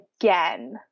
again